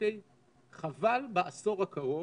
חבל בעשור הקרוב